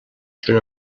junt